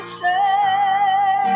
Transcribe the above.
say